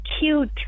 cute